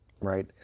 right